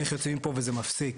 איך יוצאים מפה וזה מפסיק.